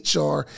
HR